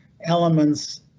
elements